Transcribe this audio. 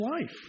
life